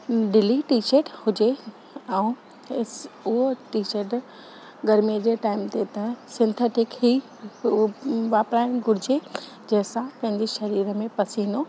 ढिली T-shirt हुजे ऐं इस उहो टीशट गर्मी जे टाइम ते त सिंथेटिक ई ऊ वापिराइण घुरिजे जंहिंसां पंहिंजी शरीर में पसीनो